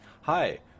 Hi